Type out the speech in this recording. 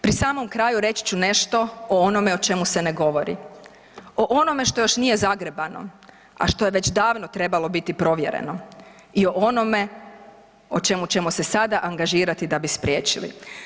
Pri samom kraju reći ću nešto o onom o čemu se ne govori, o onome što još nije zagrebano, a što je već davno trebalo biti provjereno i o onome o čemu ćemo se sada angažirati da bi spriječili.